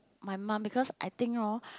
my mum because I think orh